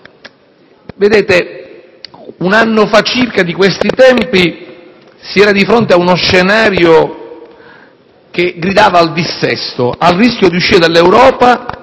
Circa un anno fa, di questi tempi, si era di fronte ad uno scenario che gridava al dissesto fino al rischio di uscire dall'Europa